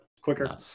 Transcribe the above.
quicker